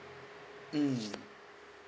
mm